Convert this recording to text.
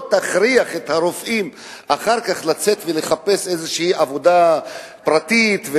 תכריח את הרופאים אחר כך לצאת ולחפש איזושהי עבודה פרטית,